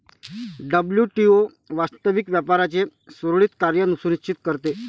WTO वास्तविक व्यापाराचे सुरळीत कार्य सुनिश्चित करते